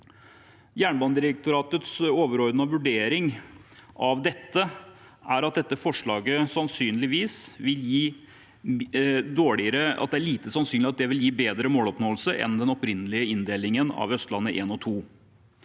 Jernbanedirektoratets overordnede vurdering av dette var at det er lite sannsynlig at dette forslaget vil gi bedre måloppnåelse enn den opprinnelige inndelingen av Østlandet 1 og 2.